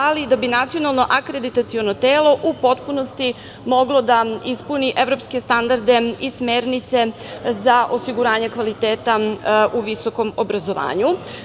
Ali, da bi nacionalno akreditaciono telo u potpunosti moglo da ispuni evropske standarde i smernice za osiguranje kvaliteta u visokom obrazovanju.